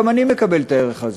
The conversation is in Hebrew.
גם אני מקבל את הערך הזה,